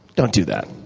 don't do that.